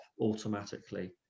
automatically